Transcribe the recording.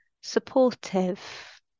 supportive